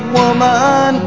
woman